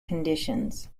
conditions